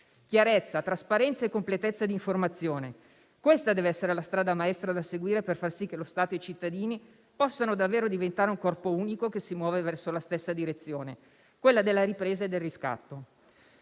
Chiarezza, trasparenza e completezza di informazione: questa deve essere la strada maestra da seguire, per far sì che lo Stato e i cittadini possano davvero diventare un corpo unico che si muove verso la stessa direzione, quella della ripresa e del riscatto.